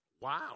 wow